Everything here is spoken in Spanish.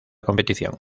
competición